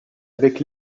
avec